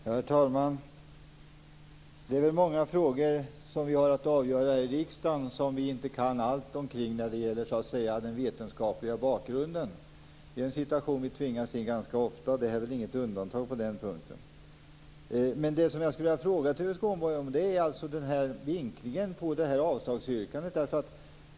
Herr talman! Det är många frågor som vi har att avgöra i riksdagen som vi inte kan allt om när det gäller den vetenskapliga bakgrunden. Det är en situation vi tvingas in i ganska ofta, och den här frågan är på den punkten inte något undantag. Det jag vill fråga Tuve Skånberg om är vinklingen på avslagsyrkandet.